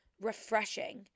refreshing